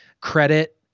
credit